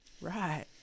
Right